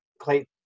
Clay